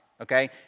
okay